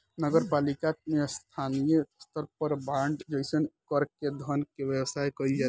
नगर पालिका से स्थानीय स्तर पर बांड जारी कर के धन के व्यवस्था कईल जाला